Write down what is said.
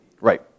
Right